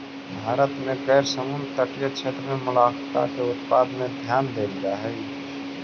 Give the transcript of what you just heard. भारत में गैर समुद्र तटीय क्षेत्र में मोलस्का के उत्पादन में ध्यान देल जा हई